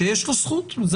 שיש לו זכות לא להתחסן,